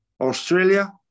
Australia